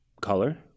color